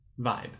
vibe